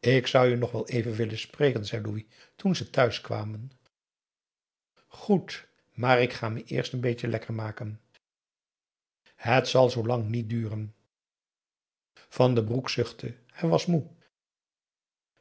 ik zou je nog wel even willen spreken zei louis toen ze thuis kwamen goed maar ik ga me eerst n beetje lekker maken het zal zoo lang niet duren van den broek zuchtte hij was moê